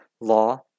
Law